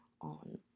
on